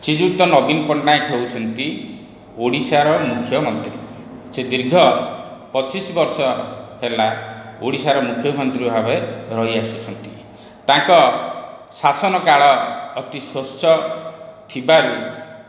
ଶ୍ରୀଯୁକ୍ତ ନବୀନ ପଟ୍ଟନାୟକ ହେଉଛନ୍ତି ଓଡ଼ିଶାର ମୁଖ୍ୟମନ୍ତ୍ରୀ ସେ ଦୀର୍ଘ ପଚିଶ ବର୍ଷ ହେଲା ଓଡ଼ିଶାର ମୁଖ୍ୟମନ୍ତ୍ରୀ ଭାବେ ରହିଆସୁଛନ୍ତି ତାଙ୍କ ଶାସନ କାଳ ଅତି ସ୍ୱଚ୍ଛ ଥିବାରୁ